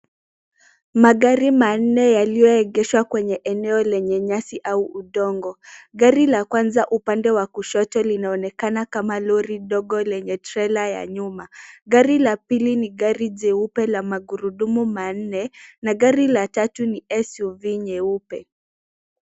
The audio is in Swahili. Magari manne yaliyoegeshwa kwenye eneo lenye nyasi au udongo. Gari la kwanza upande wa kushoto linaonekana kama lori dogo lenye trela ya nyuma . Gari la pili ni gari jeupe la magurudumu manne na gari la tatu ni SUV nyeupe.